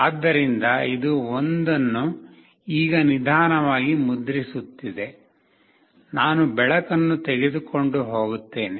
ಆದ್ದರಿಂದ ಇದು 1 ಅನ್ನು ಈಗ ನಿಧಾನವಾಗಿ ಮುದ್ರಿಸುತ್ತಿದೆ ನಾನು ಬೆಳಕನ್ನು ತೆಗೆದುಕೊಂಡು ಹೋಗುತ್ತೇನೆ